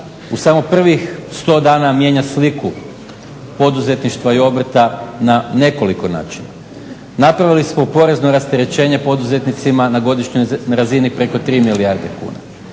u samo prvih 100 dana mijenja sliku poduzetništva i obrta na nekoliko načina. Napravili smo porezno rasterećenje poduzetnicima na godišnjoj razini preko 3 milijarde kuna,